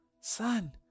Son